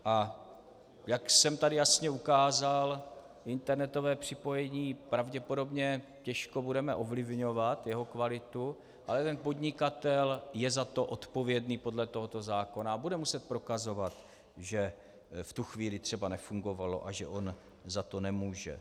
A jak jsem tady jasně ukázal, internetové připojení pravděpodobně těžko budeme ovlivňovat, jeho kvalitu, ale ten podnikatel je za to odpovědný podle tohoto zákona a bude muset prokazovat, že v tu chvíli třeba nefungovalo a že on za to nemůže.